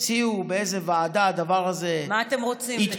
תציעו באיזו ועדה הדבר הזה יתפתח,